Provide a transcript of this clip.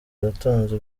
yatanze